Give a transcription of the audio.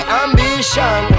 ambition